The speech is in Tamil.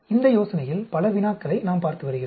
இந்த யோசனையில் பல வினாக்களை நாம் பார்த்து வருகிறோம்